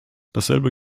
dasselbe